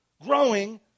growing